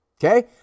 Okay